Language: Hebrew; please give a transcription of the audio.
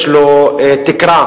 יש לו תקרה.